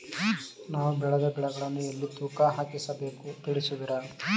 ನಾವು ಬೆಳೆದ ಬೆಳೆಗಳನ್ನು ಎಲ್ಲಿ ತೂಕ ಹಾಕಿಸಬೇಕು ತಿಳಿಸುವಿರಾ?